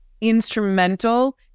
instrumental